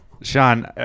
sean